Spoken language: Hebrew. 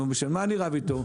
נו בשביל מה אני רב איתו?